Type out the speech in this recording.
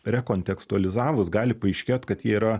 rekontekstualizavus gali paaiškėt kad jie yra